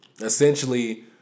Essentially